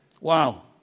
wow